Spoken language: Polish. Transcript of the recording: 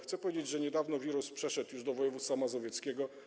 Chcę powiedzieć, że niedawno wirus przeszedł już do województwa mazowieckiego.